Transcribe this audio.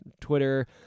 Twitter